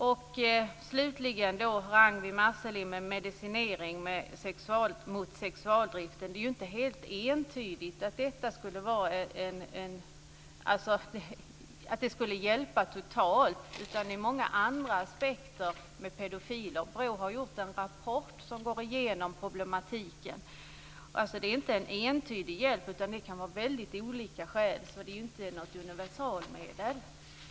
När det slutligen gäller Ragnwi Marcelinds förslag om medicinering mot sexualdriften är det inte helt entydigt att detta skulle hjälpa totalt. Det finns många andra aspekter när det gäller pedofiler. BRÅ har i en rapport gått igenom problematiken. Det är inte en entydig hjälp, för det kan finnas väldigt olika skäl. Medicinering är alltså inget universalmedel.